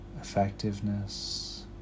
Effectiveness